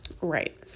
Right